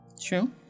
True